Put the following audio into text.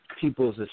people's